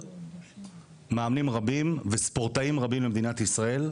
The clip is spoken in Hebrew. מאמנים רבים וספורטאים רבים למדינת ישראל,